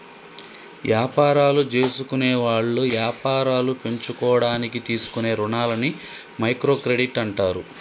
యాపారాలు జేసుకునేవాళ్ళు యాపారాలు పెంచుకోడానికి తీసుకునే రుణాలని మైక్రో క్రెడిట్ అంటారు